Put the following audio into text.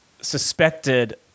suspected